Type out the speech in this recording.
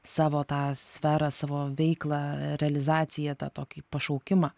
savo tą sferą savo veiklą realizaciją tą tokį pašaukimą